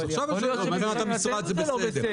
אז עכשיו השאלה שלי היא האם מבחינת המשרד זה בסדר.